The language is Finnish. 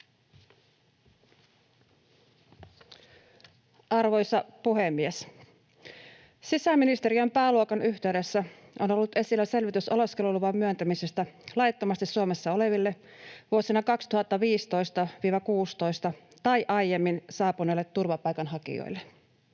Arvoisa puhemies! Sisäministeriön pääluokan yhteydessä on ollut esillä selvitys oleskeluluvan myöntämisestä laittomasti Suomessa oleville vuosina 2015 ja 2016 tai aiemmin saapuneille turvapaikanhakijoille.